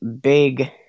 big